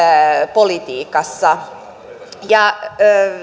politiikassa